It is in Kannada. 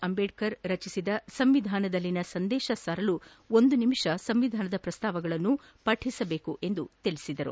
ಅಂಬೇಡ್ಕರ್ ರಚಿಸಿದ ಸಂವಿಧಾನದಲ್ಲಿನ ಸಂದೇಶ ಸಾರಲು ಒಂದು ನಿಮಿಷ ಸಂವಿಧಾನದ ಪ್ರಸ್ತಾವನೆಗಳನ್ನು ಪಠಿಸಬೇಕು ಎಂದು ಹೇಳಿದರು